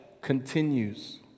continues